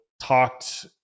talked